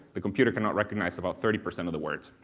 the computer cannot recognize about thirty percent of the words.